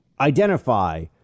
identify